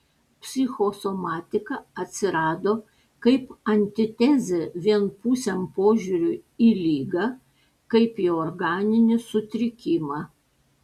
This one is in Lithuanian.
psichosomatika atsirado kaip antitezė vienpusiam požiūriui į ligą kaip į organinį sutrikimą